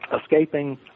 Escaping